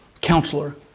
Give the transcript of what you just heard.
Counselor